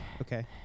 Okay